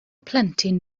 plentyn